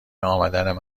امدن